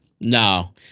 no